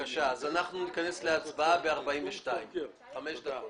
אנחנו ניכנס להצבעה בשעה 11:42, בעוד חמש דקות.